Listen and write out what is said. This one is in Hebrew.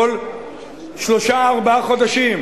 כל שלושה-ארבעה חודשים,